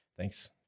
Thanks